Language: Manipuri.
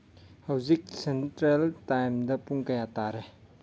ꯍꯧꯖꯤꯛ ꯁꯦꯟꯇ꯭ꯔꯦꯜ ꯇꯥꯏꯝꯗ ꯄꯨꯡ ꯀꯌꯥ ꯇꯥꯔꯦ